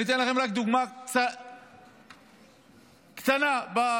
אני אתן לכם רק דוגמה קטנה בתקציב: